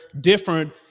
different